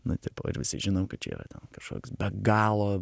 nu tipo va čia visi žinom kad čia yra kažkoks be galo